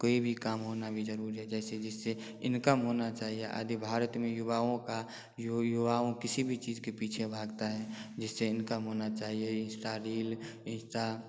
कोई भी काम होना भी ज़रूरी है जैसे जिससे इनकम होना चाहिए यदि भारत में युवाओं का युवाओं किसी भी चीज़ के पीछे भागते हैं जिससे इनकम होना चाहिए इंस्टा रील इंस्टा